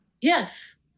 yes